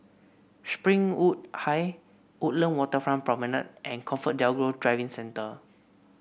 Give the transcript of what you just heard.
Springwood High Woodland Waterfront Promenade and ComfortDelGro Driving Centre